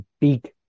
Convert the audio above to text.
big